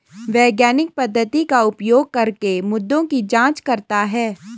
वैज्ञानिक पद्धति का उपयोग करके मुद्दों की जांच करता है